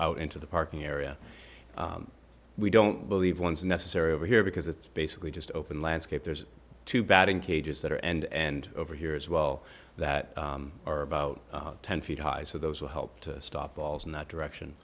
out into the parking area we don't believe one is necessary over here because it's basically just open landscape there's two batting cages that are end over here as well that are about ten feet high so those will help to stop balls in that direction